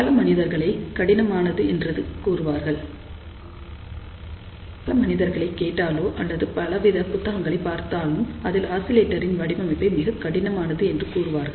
பல மனிதர்களை கேட்டாலோ மற்றும் பலவித புத்தகங்களை பார்த்தாலும் அதில் ஆசிலேட்டரின் வடிவமைப்பு மிகக் கடினமானது என்று கூறுவார்கள்